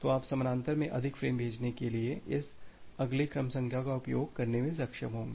तो आप समानांतर में अधिक फ्रेम भेजने के लिए इस अगले क्रम संख्या का उपयोग करने में सक्षम होंगे